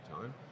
time